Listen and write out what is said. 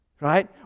Right